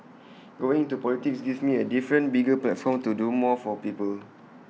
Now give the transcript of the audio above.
going into politics gives me A different bigger platform to do more for people